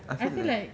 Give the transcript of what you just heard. I feel like